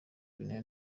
guinea